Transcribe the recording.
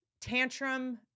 Tantrum